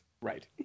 Right